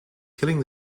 killing